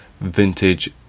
vintage